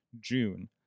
June